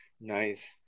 Nice